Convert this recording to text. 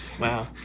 Wow